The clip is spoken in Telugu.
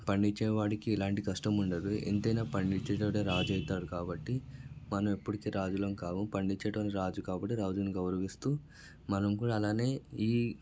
పండించేవాడికి ఎలాంటి కష్టం ఉండదు ఎంతైనా పండించేవాడే రాజు అవుతాడు కాబట్టి మనం ఎప్పటికీ రాజులం కాము పండించేవాడు రాజు కాబట్టి రాజుని గౌరవిస్తూ మనం కూడా అలానే ఈ